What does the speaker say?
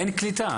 אין קליטה.